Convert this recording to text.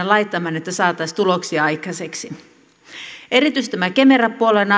laittamaan että saataisiin tuloksia aikaiseksi erityisesti kemera puolen